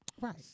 Right